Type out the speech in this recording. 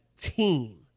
team